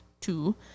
two